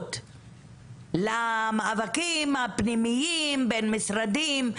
הכבוד למאבקים הפנימיים בין משרדים,